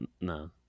no